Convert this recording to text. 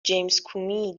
جیمزکومی